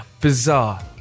Bizarre